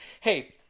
hey